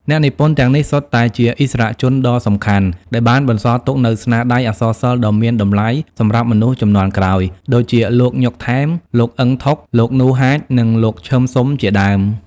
អ្នកនិពន្ធទាំងនេះសុទ្ធតែជាឥស្សរជនដ៏សំខាន់ដែលបានបន្សល់ទុកនូវស្នាដៃអក្សរសិល្ប៍ដ៏មានតម្លៃសម្រាប់មនុស្សជំនាន់ក្រោយ ដូចជា លោកញ៉ុក ថែម លោកអ៊ឹម ថុក លោកនូ ហាច និងលោកឈឹម ស៊ុម ជាដើម ។